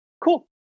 cool